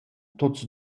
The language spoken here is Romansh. tuots